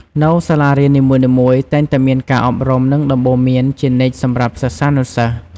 នៅសាលារៀននីមួយៗតែងតែមានការអប់រំនិងដំបូលន្មានជានិច្ចសម្រាប់សិស្សានុសិស្ស។